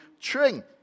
Tring